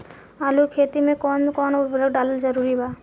आलू के खेती मे कौन कौन उर्वरक डालल जरूरी बा?